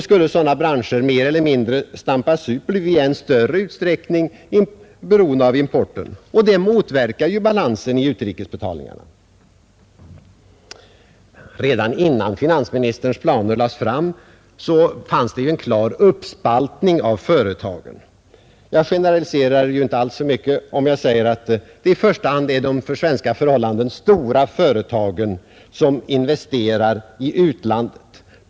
Skulle sådana branscher mer eller mindre stampas ut, blir vi i än större utsträckning beroende av import, och det motverkar ju balansen i utrikesbetalningarna. Redan innan finansministerns planer lades fram har en klar uppspaltning av företagen ägt rum. Jag generaliserar inte för mycket om jag påstår att det i första hand är de för svenska förhållanden mycket stora svenska företagen som investerar i utlandet.